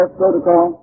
protocol